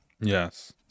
Yes